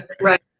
Right